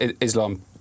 Islam